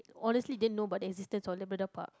honestly didn't know about the existence of Labrador Park